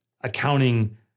accounting